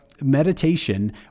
meditation